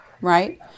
right